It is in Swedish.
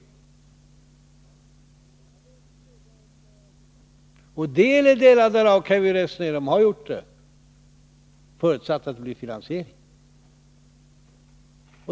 Delar därav kan vi resonera om, och det har vi gjort, förutsatt att det blir en finansiering.